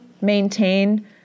maintain